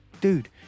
dude